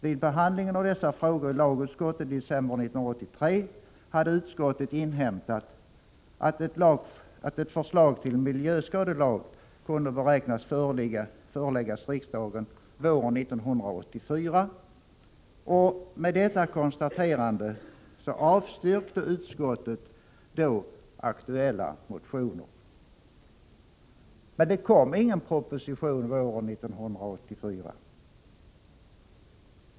Vid behandlingen av dessa frågor i lagutskottet i december 1983 hade utskottet inhämtat att ett förslag till miljöskadelag kunde beräknas bli förelagt riksdagen våren 1984, och med hänvisning härtill avstyrkte utskottet då aktuella motioner. Men det kom ingen proposition våren 1984.